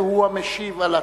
כמובן,